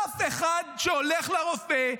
אף אחד שהולך לרופא,